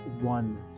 one